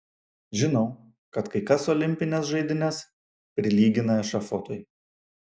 žinau kad kai kas olimpines žaidynes prilygina ešafotui